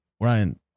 Ryan